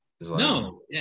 no